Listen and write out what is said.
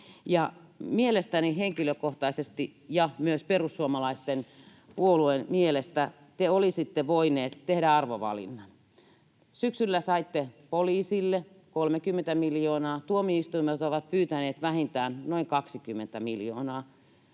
Mielestäni henkilökohtaisesti — ja myös perussuomalaisen puolueen mielestä — te olisitte voineet tehdä arvovalinnan. Syksyllä saitte poliisille 30 miljoonaa. Tuomioistuimet ovat pyytäneet vähintään noin 20 miljoonaa.